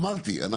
אמרתי,